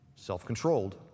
Self-controlled